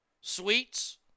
sweets